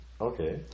Okay